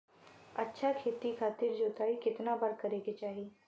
अच्छा खेती खातिर जोताई कितना बार करे के चाही?